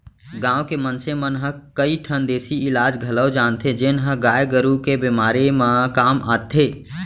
गांव के मनसे मन ह कई ठन देसी इलाज घलौक जानथें जेन ह गाय गरू के बेमारी म काम आथे